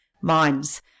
Minds